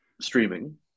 streaming